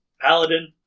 paladin